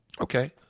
Okay